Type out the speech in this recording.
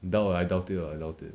I doubt lah I doubt it lah I doubt it